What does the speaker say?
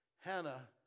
Hannah